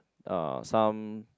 uh some